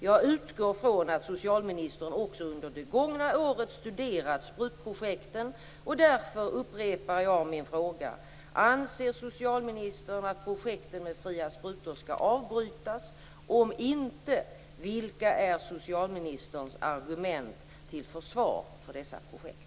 Jag utgår från att också socialministern under det gångna året studerat sprutprojekten, och därför upprepar jag min fråga: Anser socialministern att projekten med fria sprutor skall avbrytas? Om inte, vilka är socialministerns argument till försvar för dessa projekt?